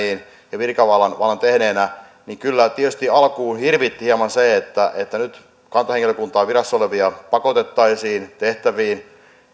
ja virkavalan tehneenä kyllä tietysti alkuun hirvitti hieman se että nyt virassa olevaa kantahenkilökuntaa pakotettaisiin tehtäviin